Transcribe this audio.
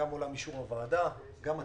גם מעולם אישור הוועדה, גם התקצוב,